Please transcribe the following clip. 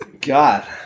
God